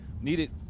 needed